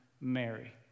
Mary